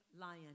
lion